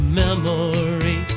memory